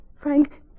Frank